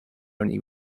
only